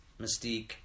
Mystique